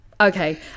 okay